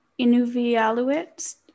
Inuvialuit